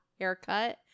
Haircut